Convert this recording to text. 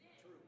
True